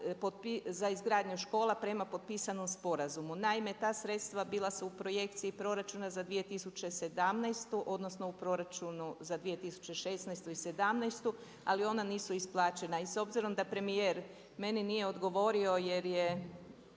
za izgradnju škola prema potpisanom sporazumu. Naime, ta sredstva bila su u projekciji proračuna za 2017. odnosno u proračunu za 2016. i 2017. ali ona nisu isplaćena. I s obzirom da premijer meni nije odgovorio jer je